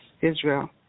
Israel